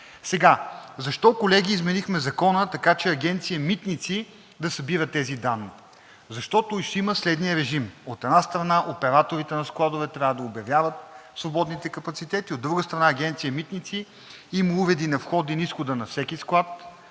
цените. Защо, колеги, изменихме Закона, така че Агенция „Митници“ да събира тези данни? Защото ще има следния режим – от една страна, операторите на складове трябва да обявяват свободните капацитети, а от друга страна, Агенция „Митници“ има уреди на входа и на изхода на всеки склад